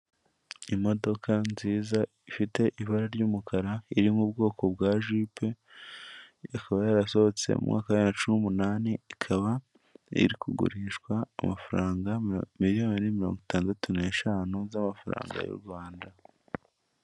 Imodoka nziza ifite ibara ry'umukara, iri mu bwoko bwa jipe ikaba yarasohotse mu mwaka wa bibiri na cumi n 'umunani, ikaba iri kugurishwa amafaranga miliyoni mirongo itandatu n'eshanu z'amafaranga y'u rwanda.